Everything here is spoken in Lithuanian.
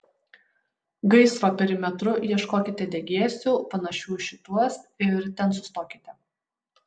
gaisro perimetru ieškokite degėsių panašių į šituos ir ten sustokite